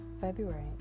February